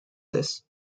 this